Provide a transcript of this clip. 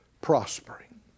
prospering